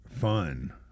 fun